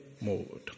mode